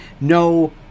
No